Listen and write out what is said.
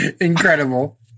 incredible